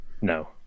No